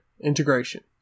integration